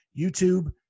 YouTube